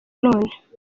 none